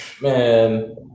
man